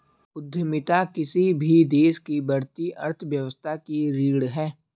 उद्यमिता किसी भी देश की बढ़ती अर्थव्यवस्था की रीढ़ है